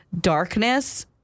darkness